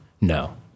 No